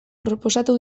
proposatu